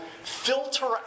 filter